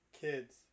kids